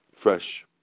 fresh